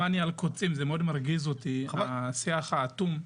זה מאוד מרגיז אותי השיח האטום.